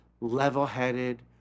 level-headed